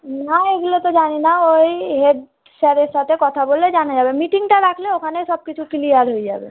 না এইগুলো তো জানি না ওই হেড স্যারের সাথে কথা বলে জানা যাবে মিটিংটা রাখলে ওখানেই সব কিছু ক্লিয়ার হয়ে যাবে